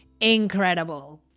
incredible